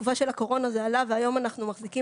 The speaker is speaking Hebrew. בתקופה של הקורונה זה עלה והיום אנחנו מחזיקים